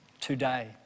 Today